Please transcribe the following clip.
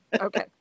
Okay